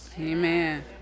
Amen